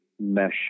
mesh